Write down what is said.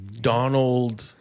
Donald